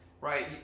right